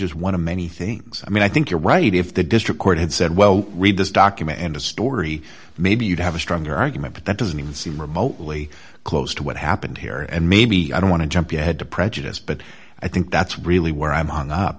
just one of many things i mean i think you're right if the district court had said well read this document end of story maybe you'd have a stronger argument but that doesn't even seem remotely close to what happened here and maybe i don't want to jump ahead to prejudice but i think that's really where i'm on up